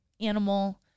animal